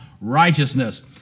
righteousness